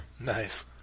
Nice